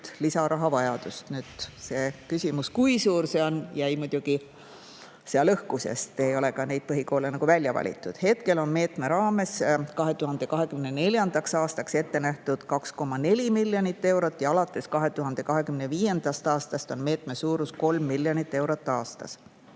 lisaraha vajadust. Küsimus, kui suur see on, jäi muidugi õhku, sest neid põhikoole ei ole välja valitud. Hetkel on meetme raames 2024. aastaks ette nähtud 2,4 miljonit eurot ja alates 2025. aastast on meetme suurus 3 miljonit eurot aastas.